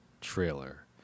trailer